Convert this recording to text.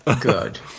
good